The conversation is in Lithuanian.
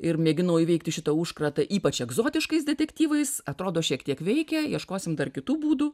ir mėginau įveikti šitą užkratą ypač egzotiškais detektyvais atrodo šiek tiek veikia ieškosim dar kitų būdų